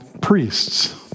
priests